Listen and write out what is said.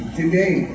today